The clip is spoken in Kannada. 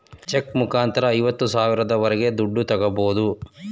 ಚೆಕ್ ಮುಖಾಂತರ ಐವತ್ತು ಸಾವಿರದವರೆಗೆ ದುಡ್ಡು ತಾಗೋಬೋದು